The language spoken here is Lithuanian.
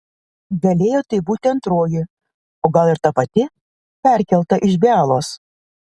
galėjo tai būti antroji o gal ir ta pati perkelta iš bialos